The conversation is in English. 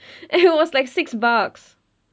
and it was like six bucks